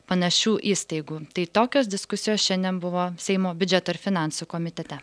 panašių įstaigų tai tokios diskusijos šiandien buvo seimo biudžeto ir finansų komitete